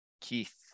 Keith